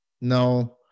No